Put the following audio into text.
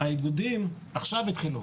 האיגודים עכשיו התחילו.